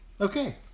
Okay